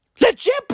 Legit